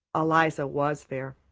eliza was there.